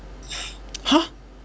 !huh!